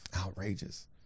Outrageous